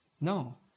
No